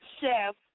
chef